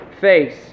face